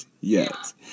Yes